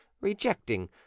rejecting